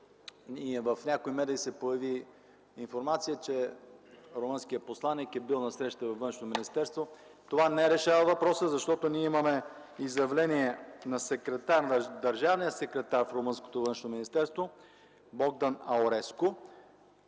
в някои медии се появи информация, че румънският посланик е бил на среща във Външно министерство. Това не решава въпроса, защото ние имаме изявление на държавния секретар в румънското Външно министерство Богдан Ауреску